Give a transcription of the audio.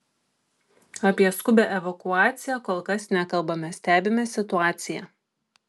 apie skubią evakuaciją kol kas nekalbame stebime situaciją